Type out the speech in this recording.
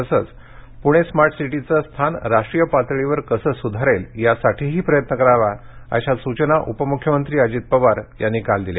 तसंच पुणे स्मार्ट सिटीचं स्थान राष्ट्रीय पातळीवर कसं सुधारेल यासाठीही प्रयत्न करावा अशा सूचना उपमुख्यमंत्री अजित पवार यांनी काल दिल्या